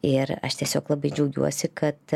ir aš tiesiog labai džiaugiuosi kad